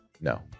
No